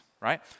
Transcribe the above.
right